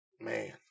Man